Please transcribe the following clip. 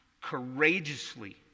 courageously